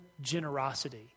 generosity